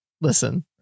Listen